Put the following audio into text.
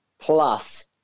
plus